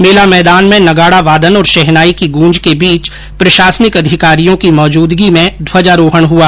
मेला मैदान में नगाडा वादन और शहनाई की गूंज के बीच ु प्रशासनिक अधिकारियों की मौजूदगी में ध्वजारोहण हुआ